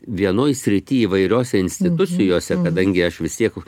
vienoj srity įvairiose institucijose kadangi aš vis tiek